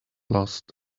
lost